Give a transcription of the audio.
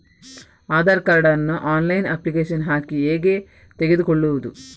Aadhaar card ನ್ನು online application ಹಾಕಿ ಹೇಗೆ ತೆಗೆದುಕೊಳ್ಳುವುದು?